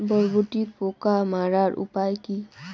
বরবটির পোকা মারার উপায় কি?